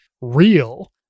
real